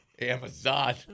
Amazon